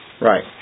Right